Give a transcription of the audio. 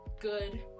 good